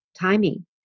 timing